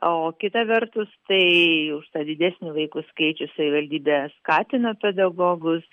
o kita vertus tai už tą didesnį vaikų skaičių savivaldybė skatina pedagogus